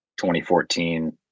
2014